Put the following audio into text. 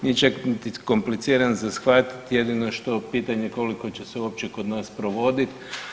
Nije čak ni kompliciran za shvatiti, jedino je pitanje koliko će se uopće kod nas provoditi.